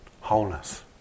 wholeness